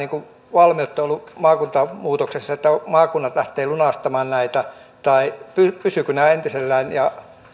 valmiutta ollut maakuntamuutoksessa että maakunnat lähtevät lunastamaan näitä tai pysyvätkö entisellään